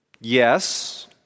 Yes